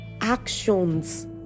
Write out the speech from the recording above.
actions